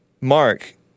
Mark